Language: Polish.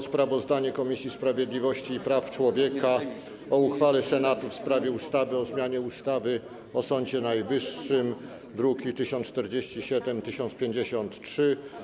Sprawozdanie Komisji Sprawiedliwości i Praw Człowieka o uchwale Senatu w sprawie ustawy o zmianie ustawy o Sądzie Najwyższym, druki nr 1047 i 1053.